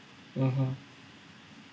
mmhmm